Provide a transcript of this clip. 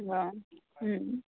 र'